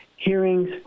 hearings